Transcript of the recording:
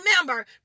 remember